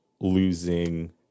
losing